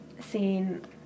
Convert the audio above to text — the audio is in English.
seen